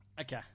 Okay